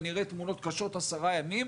ונראה תמונות קשות 10 ימים,